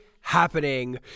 happening